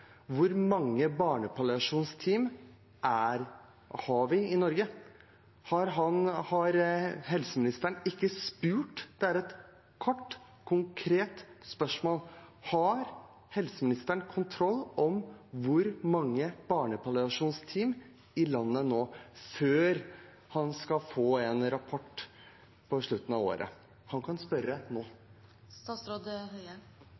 Hvor mange barnepalliasjonsteam har vi i Norge? Har ikke helseministeren spurt? Det er et kort, konkret spørsmål. Har helseministeren kontroll på hvor mange barnepalliasjonsteam det er i landet nå, før han skal få en rapport på slutten av året? Han kan spørre